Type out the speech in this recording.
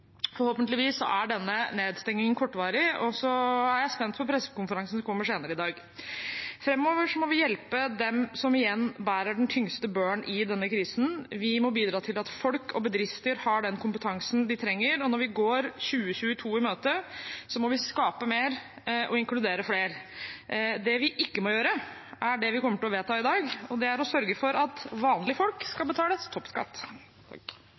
Forhåpentligvis er denne nedstengningen kortvarig. Jeg er spent på pressekonferansen som kommer senere i dag. Framover må vi hjelpe dem som igjen bærer den tyngste børen i denne krisen. Vi må bidra til at folk og bedrifter har den kompetansen de trenger. Når vi går 2022 i møte, må vi skape mer og inkludere flere. Det vi ikke må gjøre, er det vi kommer til å vedta i dag: å sørge for at vanlige folk skal betale toppskatt.